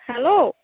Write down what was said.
hello